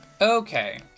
Okay